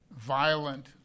violent